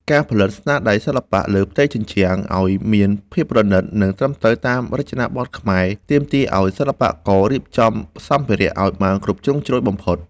ការផលិតស្នាដៃសិល្បៈលើផ្ទៃជញ្ជាំងឱ្យមានភាពប្រណីត និងត្រឹមត្រូវតាមរចនាបថខ្មែរ ទាមទារឱ្យសិល្បកររៀបចំសម្ភារៈឱ្យបានគ្រប់ជ្រុងជ្រោយបំផុត។